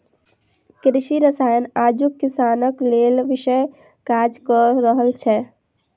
कृषि रसायन आजुक किसानक लेल विषक काज क रहल छै